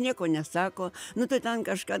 nieko nesako nu tai ten kažką